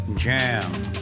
jam